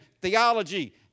theology